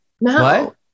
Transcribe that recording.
No